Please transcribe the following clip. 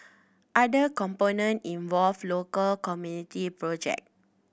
other component involve local community project